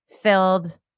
filled